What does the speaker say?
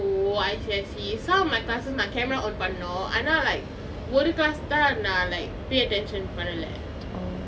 oh I see I see some of my classes my camera on பண்ணனும் ஆனால்:pannanum aanal like ஒரு:oru class தான் நான்:thaan naan like pay attention பண்ணலே:pannale